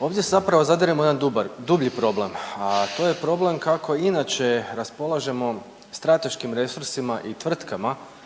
ovdje zapravo zadiremo u jedan dublji problem, a to je problem kako inače raspolažemo strateškim resursima i tvrtkama,